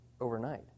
overnight